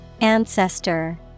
Ancestor